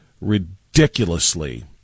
ridiculously